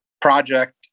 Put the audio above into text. project